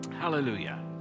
hallelujah